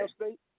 State